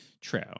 True